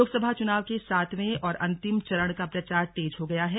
लोकसभा चुनाव के सातवें और अंतिम चरण का प्रचार तेज हो गया है